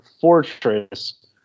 fortress